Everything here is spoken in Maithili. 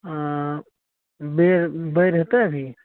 आओर बेर बैर हेतय अभी